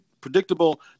predictable